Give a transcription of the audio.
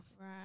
Right